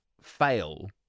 fail